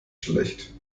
schlecht